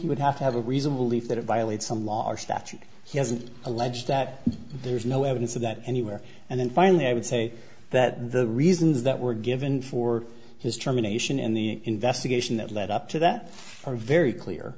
he would have to have a reasonable leave that it violates some law or statute he hasn't alleged that there's no evidence of that anywhere and then finally i would say that the reasons that were given for his germination in the investigation that led up to that for very clear